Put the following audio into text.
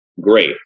great